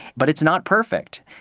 but it's not perfect.